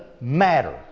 matter